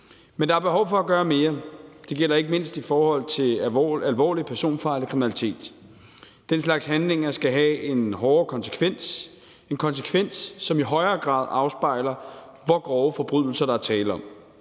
Men der er behov for at gøre mere. Det gælder ikke mindst i forhold til alvorlig personfarlig kriminalitet. Den slags handlinger skal have en hårdere konsekvens; en konsekvens, som i højere grad afspejler, hvor grove forbrydelser der er tale om.